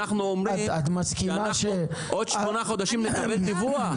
אנחנו אומרים שאנחנו עוד שמונה חודשים נקבל דיווח.